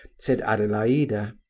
said adelaida.